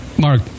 Mark